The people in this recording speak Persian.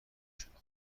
شناخته